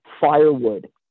firewood